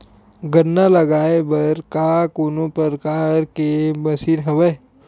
गन्ना लगाये बर का कोनो प्रकार के मशीन हवय?